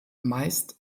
meist